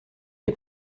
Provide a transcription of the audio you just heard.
est